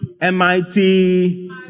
MIT